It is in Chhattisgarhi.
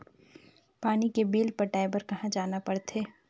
पानी के बिल पटाय बार कहा जाना पड़थे?